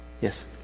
Yes